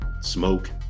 Smoke